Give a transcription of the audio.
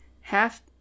half